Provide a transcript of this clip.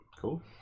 Cool